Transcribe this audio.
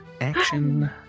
action